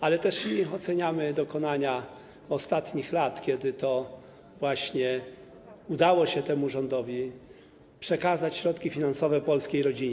Ale też oceniamy dokonania ostatnich lat, kiedy to właśnie udało się temu rządowi przekazać środki finansowe polskiej rodzinie.